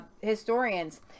historians